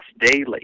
daily